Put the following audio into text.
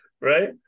Right